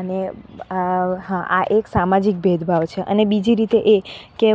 અને આ હા આ એક સામાજિક ભેદભાવ છે અને બીજી રીતે એ કે